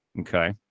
Okay